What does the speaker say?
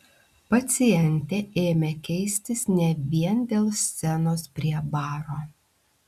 pacientė ėmė keistis ne vien dėl scenos prie baro